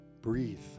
Breathe